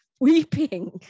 weeping